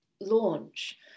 launch